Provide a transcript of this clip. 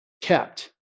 kept